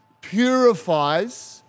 purifies